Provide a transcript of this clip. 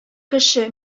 кеше